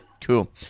cool